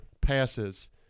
passes